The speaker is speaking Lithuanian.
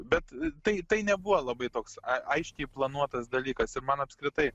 bet tai tai nebuvo labai toks a aiškiai planuotas dalykas ir man apskritai